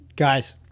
guys